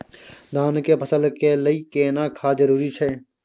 धान के फसल के लिये केना खाद जरूरी छै?